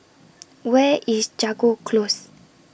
Where IS Jago Close